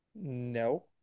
no